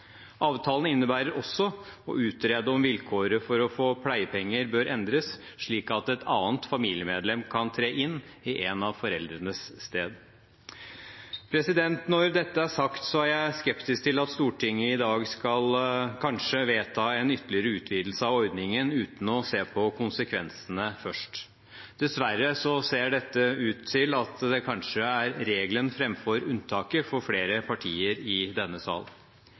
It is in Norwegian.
Avtalen innebærer også å utrede om vilkåret for å få pleiepenger bør endres, slik at et annet familiemedlem kan tre inn i en av foreldrenes sted. Når dette er sagt, er jeg skeptisk til at Stortinget i dag kanskje skal vedta en ytterligere utvidelse av ordningen uten å se på konsekvensene først. Dessverre ser dette ut til å være regelen framfor unntaket for flere partier i denne